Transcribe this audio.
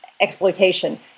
exploitation